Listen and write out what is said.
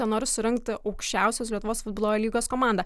jie nori surengti aukščiausios lietuvos futbolo a lygos komandą